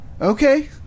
Okay